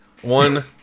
One